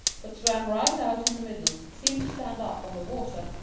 but swam right out in the middle, seemed to stand up on the water,